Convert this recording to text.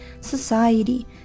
society